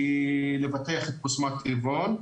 כדי לפתח את בשמת טבעון.